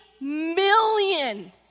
million